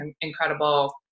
incredible